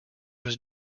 was